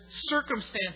circumstances